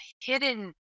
hidden